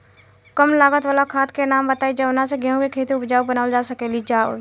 कम लागत वाला खाद के नाम बताई जवना से गेहूं के खेती उपजाऊ बनावल जा सके ती उपजा?